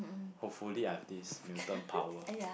hopefully I've this mutant power